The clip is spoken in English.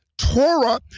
Torah